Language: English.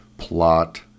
plot